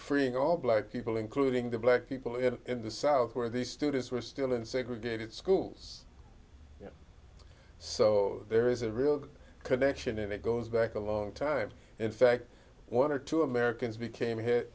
freeing all black people including the black people in the south where the students were still in segregated schools so there is a real connection and it goes back a long time in fact one or two americans became